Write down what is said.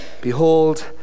Behold